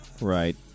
Right